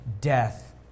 death